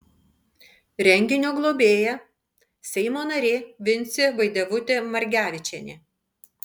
renginio globėja seimo narė vincė vaidevutė margevičienė